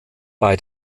bei